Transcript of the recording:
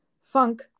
funk